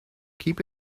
keep